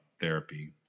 therapy